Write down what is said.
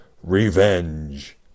revenge